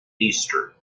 easter